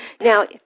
Now